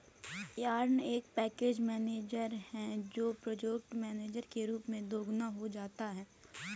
yarn एक package manager है जो प्रोजेक्ट मैनेजर के रूप में दोगुना हो जाता है